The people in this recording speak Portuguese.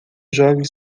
jogue